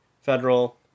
Federal